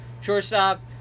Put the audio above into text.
Shortstop